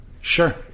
Sure